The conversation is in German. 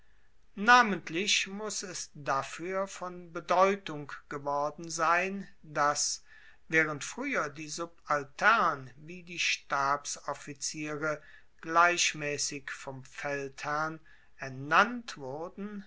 namentlich muss es dafuer von bedeutung geworden sein dass waehrend frueher die subaltern wie die stabsoffiziere gleichmaessig vom feldherrn ernannt wurden